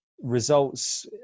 results